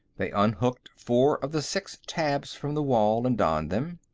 they unhooked four of the six tabs from the wall and donned them.